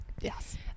Yes